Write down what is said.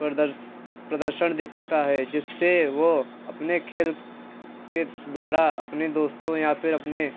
प्रदर्स प्रदर्शन दिखता है जिससे वो अपने खेल के द्वारा अपने दोस्तों या फिर अपने